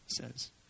says